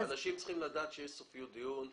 אנשים צריכים לדעת שיש סופיות דיון.